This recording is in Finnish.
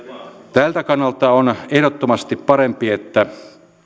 tältä kannalta on ehdottomasti parempi että